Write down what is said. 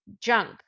junk